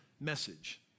message